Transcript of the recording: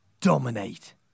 Dominate